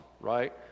right